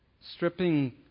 stripping